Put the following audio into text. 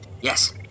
Yes